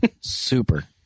super